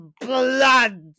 blood